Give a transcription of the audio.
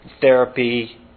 therapy